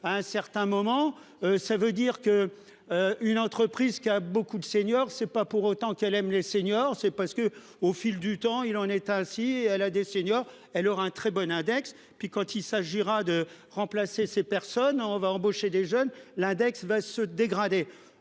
à un certain moment. Ça veut dire que. Une entreprise qui a beaucoup de seniors, c'est pas pour autant qu'elle aime les seniors c'est parce que, au fil du temps il en état si elle a des seniors, elle aura un très bon index puis quand il s'agira de remplacer ces personnes on va embaucher des jeunes, l'index va se dégrader